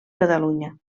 catalunya